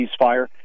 ceasefire